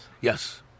Yes